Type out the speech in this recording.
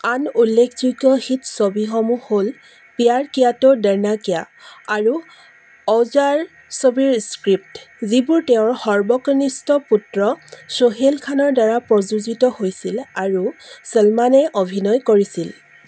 আন উল্লেখযোগ্য হিট ছবিসমূহ হ'ল প্যাৰ কিয়া তো ডৰনা ক্যা আৰু অওজাৰ ছবিৰ স্ক্ৰিপ্ট যিবোৰ তেওঁৰ সৰ্বকনিষ্ঠ পুত্ৰ চোহেল খানৰ দ্বাৰা প্ৰযোজিত হৈছিল আৰু চলমানে অভিনয় কৰিছিল